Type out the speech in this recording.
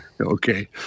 Okay